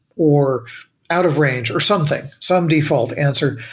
or out of range or something, some default answer,